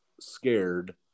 scared